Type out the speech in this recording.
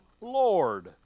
Lord